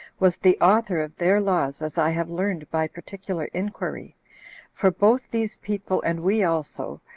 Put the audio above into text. was the author of their laws as i have learned by particular inquiry for both these people, and we also,